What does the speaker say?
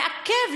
לעכב,